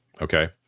Okay